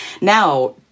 Now